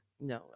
no